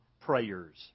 prayers